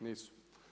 Nisu.